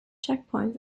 checkpoints